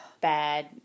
bad